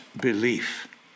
belief